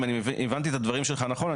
אם הבנתי את הדברים שלך נכון,